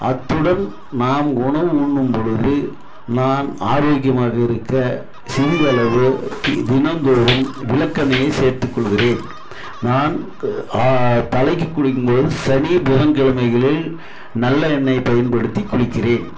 அத்துடன் நான் உணவு உண்ணும் பொழுது நான் ஆரோக்கியமாக இருக்க சிறிதளவு தினம்தோறும் விளக்கெண்ணையை சேர்த்து கொள்கிறேன் நான் தலைக்கு குளிக்கும் போது சனி புதன் கிழமைகளில் நல்ல எண்ணெய் பயன்படுத்தி குளிக்கிறேன்